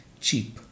cheap